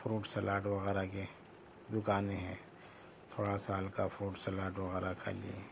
fruit salad وغیرہ کے دکانیں ہیں تھوڑا سا ہلکا فروٹ سلاڈ وغیرہ کھا لئے